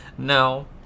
No